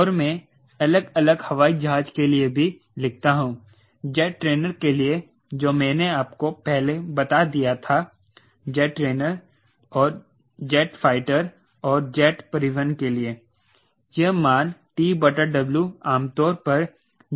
और मैं अलग अलग हवाई जहाज के लिए भी लिखता हूं जेट ट्रेनर के लिए जो मैंने आपको पहले बता दिया था ट्रेनर जेट फाइटर और जेट परिवहन के लिए यह मान TW आमतौर पर 04 होगा